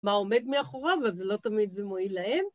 מה עומד מאחוריו, אז זה לא תמיד זה מועיל להם.